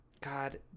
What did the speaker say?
God